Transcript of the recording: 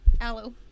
aloe